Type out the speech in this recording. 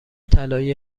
طلای